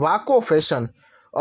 Vanko fashion